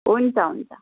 हुन्छ हुन्छ